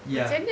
ya